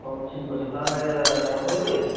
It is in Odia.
ହଉ ଠିକ୍ ଅଛି ତାହାଲେ ପଠେଇବେ